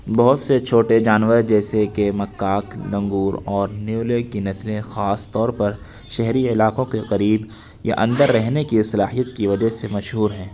بہت سے چھوٹے جانور جیسے کہ مکاک لنگور اور نیولے کی نسلیں خاص طور پر شہری علاقوں کے قریب یا اندر رہنے کی صلاحیت کی وجہ سے مشہور ہیں